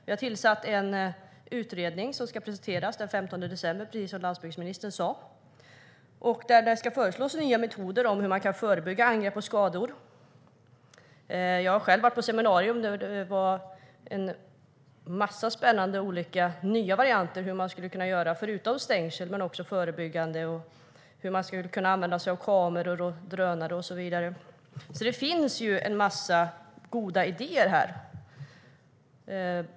Vi har tillsatt en utredning som ska presenteras den 15 december, precis som landsbygdsministern sa. I utredningen föreslås nya metoder för att förebygga angrepp och skador. Jag har själv varit på ett seminarium där det presenterades en massa spännande olika nya varianter på hur man skulle kunna göra. Förutom stängsel skulle man kunna använda sig av kameror och drönare och så vidare. Så det finns en massa goda idéer på det här området.